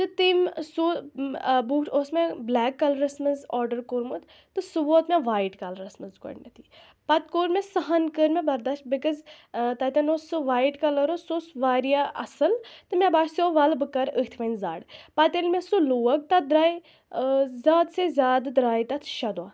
تہٕ تٔمۍ سُہ بوٗٹھ اوس مےٚ بلیک کَلَرَس منٛز آرڈَر کوٚرمُت تہٕ سُہ ووت مےٚ وایِٹ کَلَرَس منٛز گۄڈٕنٮ۪تھٕے پَتہٕ کوٚر مےٚ سۅ ہَن کٔر مےٚ برداش بِکاز تَتٮ۪ن اوس سُہ وایِٹ کَلَر اوس سُہ اوس واریاہ اَصٕل تہٕ مےٚ باسٮ۪و وَلہٕ بہٕ کَرٕ أتھۍ وۅنۍ زَڈ پَتہٕ ییٚلہِ مےٚ سُہ لوگ تَتھ درٛایہِ زیادٕ سے زیادٕ درٛایہِ تَتھ شےٚ دۄہ